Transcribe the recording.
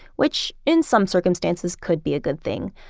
which in some circumstances could be a good thing,